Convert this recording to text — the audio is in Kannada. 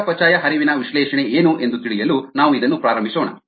ಚಯಾಪಚಯ ಹರಿವಿನ ವಿಶ್ಲೇಷಣೆ ಏನು ಎಂದು ತಿಳಿಯಲು ನಾವು ಇದನ್ನು ಪ್ರಾರಂಭಿಸೋಣ